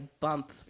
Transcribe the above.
bump—